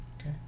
Okay